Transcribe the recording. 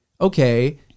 okay